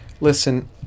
Listen